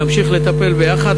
נמשיך לטפל ביחד,